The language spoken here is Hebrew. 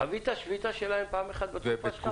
חווית פעם שביתה שלהם בתקופה שלך?